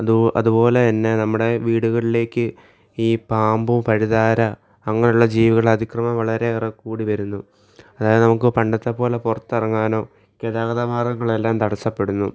അതുപോലെ തന്നെ നമ്മുടെ വീടുകളിലേക്ക് ഈ പാമ്പ് പഴുതാര അങ്ങനുള്ള ജീവികളെ അതിക്രമം വളരെയേറെ കൂടിവരുന്നു അതായത് നമുക്ക് പണ്ടത്തെ പോലെ പുറത്തിറങ്ങാനോ ഗതാഗത മാർഗങ്ങളെല്ലാം തടസ്സപ്പെടുന്നു